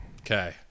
okay